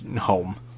home